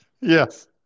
Yes